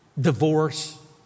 divorce